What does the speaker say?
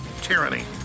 tyranny